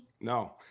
no